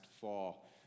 fall